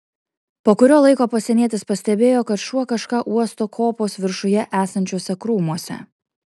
po kurio laiko pasienietis pastebėjo kad šuo kažką uosto kopos viršuje esančiuose krūmuose